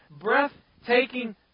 breathtaking